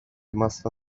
must